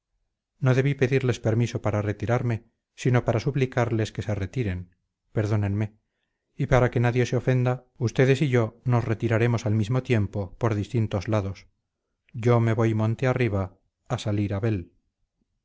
no debí pedirles permiso para retirarme sino para suplicarles que se retiren perdónenme y para que nadie se ofenda ustedes y yo nos retiraremos al mismo tiempo por distintos lados yo me voy monte arriba a salir a bel